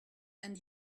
and